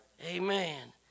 Amen